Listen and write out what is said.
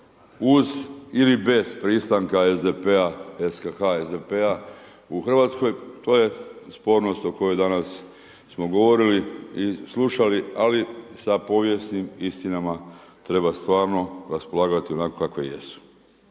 uz ili bez pristanka SDP-a SKH SDP-a u Hrvatskoj. To je spornost o kojoj danas smo govorili i slušali, ali sa povijesnim istinama treba stvarno raspolagati onako kakve jesu.